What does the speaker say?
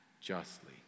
justly